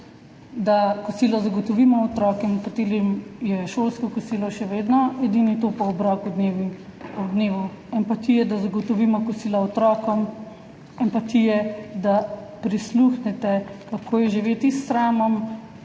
da kosilo zagotovimo otrokom, ki jim je šolsko kosilo še vedno edini topel obrok v dnevu, empatije, da zagotovimo kosila otrokom, empatije, da prisluhnete, kako je živeti s sramom,